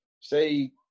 say